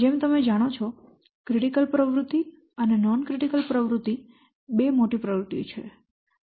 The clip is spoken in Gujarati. જેમ તમે જાણો છો ક્રિટિકલ પ્રવૃત્તિ અને બિન ક્રિટિકલ પ્રવૃત્તિ બે મોટી પ્રવૃત્તિઓ છે